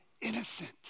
innocent